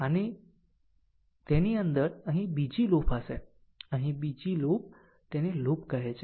આમ તેની અંદર અહીં બીજી લૂપ હશે અહીં બીજી લૂપ તેને લૂપ કહે છે